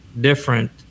different